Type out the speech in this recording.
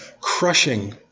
crushing